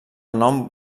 nom